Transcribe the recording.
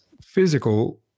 physical